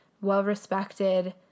well-respected